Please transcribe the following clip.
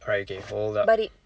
alright okay hold up